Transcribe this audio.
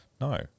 No